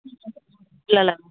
పిల్లల